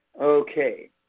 Okay